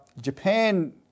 Japan